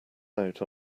out